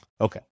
Okay